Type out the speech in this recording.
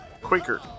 Quaker